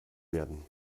werden